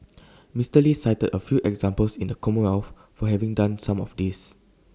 Mister lee cited A few examples in the commonwealth for having done some of this